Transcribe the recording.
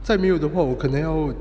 再没有的话我可能要